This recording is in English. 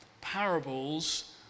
Parables